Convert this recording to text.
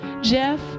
Jeff